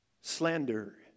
Slander